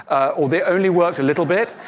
or they only worked a little bit.